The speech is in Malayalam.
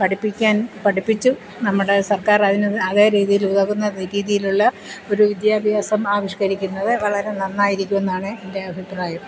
പഠിപ്പിക്കാൻ പഠിപ്പിച്ചു നമ്മുടെ സർക്കാർ അതിന് അതേ രീതിയിൽ ഉതകുന്ന നികുതിയിലുള്ള ഒരു വിദ്യാഭ്യാസം ആവിഷ്കരിക്കുന്നത് വളരെ നന്നായിരിക്കും എന്നാണ് എൻ്റെ അഭിപ്രായം